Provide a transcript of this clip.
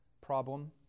problem